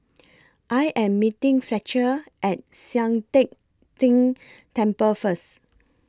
I Am meeting Fletcher At Sian Teck Tng Temple First